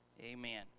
Amen